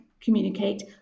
communicate